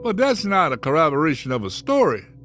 but that's not a corroboration of a story